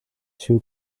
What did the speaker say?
too